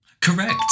Correct